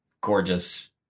gorgeous